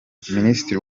minisitiri